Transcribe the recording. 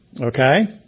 Okay